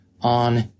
on